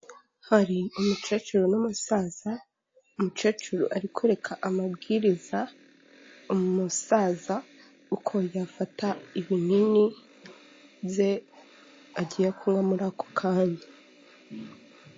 Hari umukecuru n'umusaza, umukecuru ari kwereka amabwiriza umusaza uko yafata ibinini bye agiye kunywa muri ako kanya.